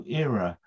era